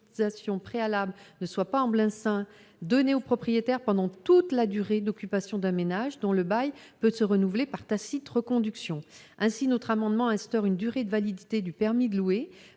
préalable ne soit pas un blanc-seing donné au propriétaire pendant toute la durée d'occupation d'un ménage dont le bail peut se renouveler par tacite reconduction. Notre amendement instaure une durée de validité du permis de louer.